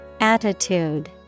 Attitude